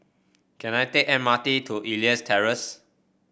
can I take the M R T to Elias Terrace